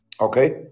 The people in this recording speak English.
okay